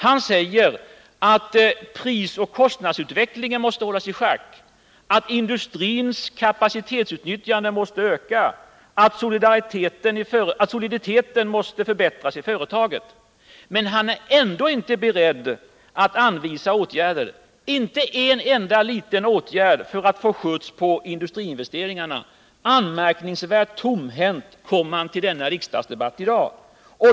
Han säger att prisoch kostnadsutvecklingen måste hållas i schack, att industrins kapacitetsutnyttjande måste öka, att företagens soliditet måste förbättras. Men han är ändå inte beredd att anvisa åtgärder — inte en enda liten åtgärd för att få skjuts på industriinvesteringarna. Anmärkningsvärt tomhänt kom han till denna riksdagsdebatt i dag.